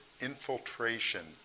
infiltration